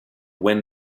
wind